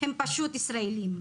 הם פשוט ישראליים,